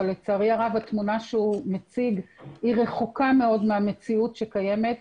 אבל לצערי הרב שהתמונה שהוא מציג רחוקה מאוד מהמציאות הקיימת.